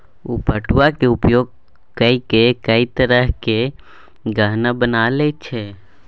ओ पटुआक उपयोग ककए कैक तरहक गहना बना लए छै